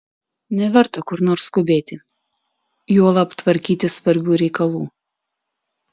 neverta kur nors skubėti juolab tvarkyti svarbių reikalų